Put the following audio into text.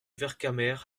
vercamer